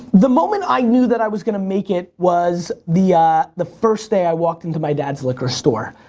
the moment i knew that i was gonna make it was the ah the first day i walked into my dad's liquor store.